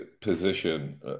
position